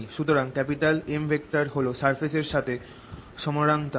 সুতরাং M হল surface এর সাথে সমান্তরাল